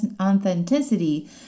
authenticity